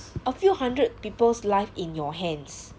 a few hundred people's life in your hands